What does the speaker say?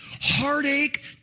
heartache